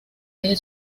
deje